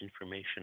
information